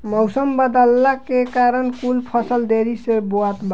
मउसम बदलला के कारण कुल फसल देरी से बोवात बा